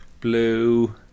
Blue